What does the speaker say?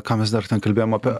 ką mes dar ten kalbėjom apie